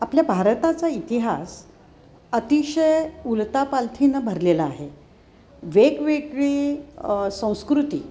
आपल्या भारताचा इतिहास अतिशय उलथापालथीनं भरलेलं आहे वेगवेगळी संस्कृती